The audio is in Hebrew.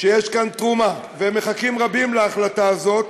שיש כאן תרומה, ורבים מחכים להחלטה הזאת,